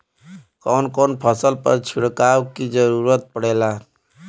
कवन कवन फसल पर छिड़काव के जरूरत पड़ेला?